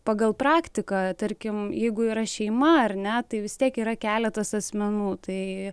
pagal praktiką tarkim jeigu yra šeima ar ne tai vis tiek yra keletas asmenų tai